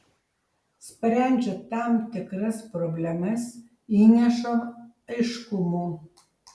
sprendžia tam tikras problemas įneša aiškumo